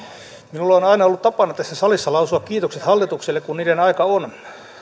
minulla on aina ollut tapana tässä salissa lausua kiitokset hallitukselle kun niiden aika on